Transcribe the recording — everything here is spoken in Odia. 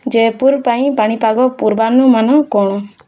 ଜୟପୁର ପାଇଁ ପାଣିପାଗ ପୂର୍ବାନୁମାନ କ'ଣ